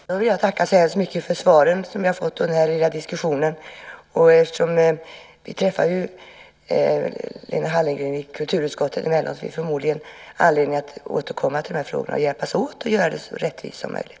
Herr talman! Jag tackar så mycket för svaren som jag har fått och den här diskussionen. Vi träffar ju Lena Hallengren i kulturutskottet emellanåt. Det finns förmodligen anledning att återkomma till de här frågorna och hjälpas åt att göra det så rättvist som möjligt.